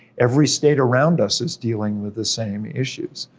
every state around us is dealing with the same issues.